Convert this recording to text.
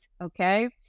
Okay